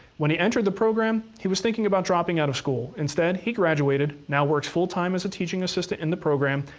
when he entered the program, he was thinking about dropping out of school. instead, he graduated, now works full time as a teaching assistant in the program,